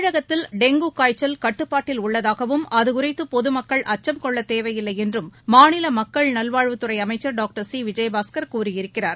தமிழகத்தில் டெங்கு காய்ச்சல் கட்டுப்பாட்டில் உள்ளதாகவும் அதுகுறித்து பொதுமக்கள் அச்சம் கொள்ளத் தேவையில்லை என்றும் மாநில மக்கள் நல்வாழ்வுத் துறை அமைச்சர் டாக்டர் சி விஜயபாஸ்கள் கூறியிருக்கிறார்